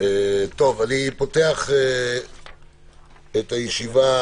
אני פותח את הישיבה.